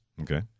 Okay